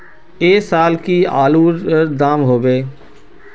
ऐ साल की आलूर र दाम होबे?